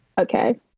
okay